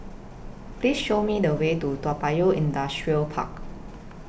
Please Show Me The Way to Toa Payoh Industrial Park